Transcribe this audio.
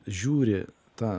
žiūri tą